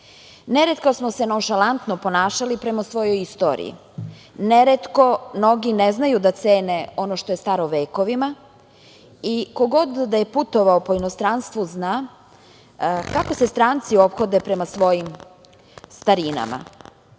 muzeji. Neretko smo se nonšalantno ponašali prema svojoj istoriji. Neretko mnogi ne znaju da cene ono što je staro vekovima. Ko god da je putovao po inostranstvu zna kako se stranci ophode prema svojim starinama. Na